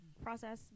process